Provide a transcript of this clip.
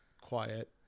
Quiet